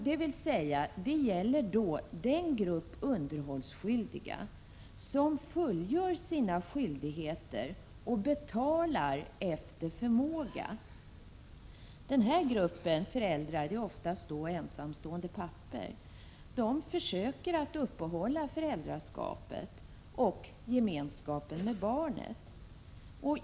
Det gäller då den grupp underhållsskyldiga som fullgör sina skyldigheter och betalar efter förmåga. Denna grupp föräldrar — oftast ensamstående pappor — försöker uppehålla föräldraskapet och gemenskapen med barnen.